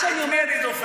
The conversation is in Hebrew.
אז את מי אני דופק?